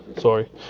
sorry